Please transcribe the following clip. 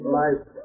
life